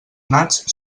nats